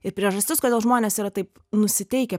ir priežastis kodėl žmonės yra taip nusiteikę